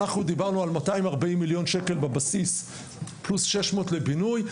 אנחנו דיברנו על 240 מיליון שקל בבסיס פלוס 600 לבינוי,